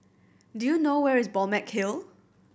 do you know where is Balmeg Hill